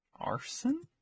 Arson